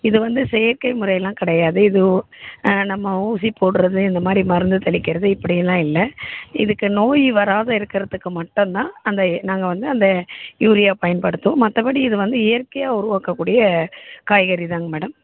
இது வந்து செயற்கை முறையெலாம் கிடையாது இது ஓ நம்ம ஊசி போடுறது இந்தமாதிரி மருந்து தெளிக்கிறது இப்படி எல்லாம் இல்லை இதுக்கு நோய் வராத இருக்கிறத்துக்கு மட்டுந்தான் அந்த நாங்கள் வந்து அந்த யூரியா பயன்படுத்துகிறோம் மற்றபடி இது வந்து இயற்கையாக உருவாக்கக்கூடிய காய்கறிதாங்க மேடம்